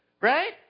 right